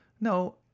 No